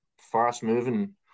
fast-moving